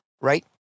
right